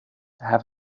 have